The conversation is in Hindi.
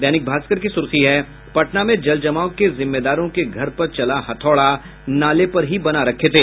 दैनिक भास्कर की सुर्खी है पटना में जल जमाव के जिम्मेदारों के घर पर चला हथौड़ा नाले पर ही बना रखे थे